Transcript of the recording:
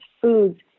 foods